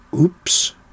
Oops